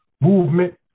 movement